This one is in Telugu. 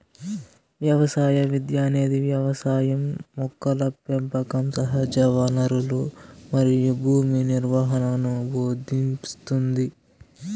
వ్యవసాయ విద్య అనేది వ్యవసాయం మొక్కల పెంపకం సహజవనరులు మరియు భూమి నిర్వహణను భోదింస్తుంది